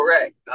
correct